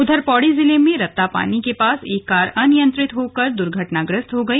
उधर पौड़ी जिले में रत्तापानी के पास एक कार अनियंत्रित होकर दुर्घटनाग्रस्त हो गई